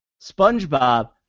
SpongeBob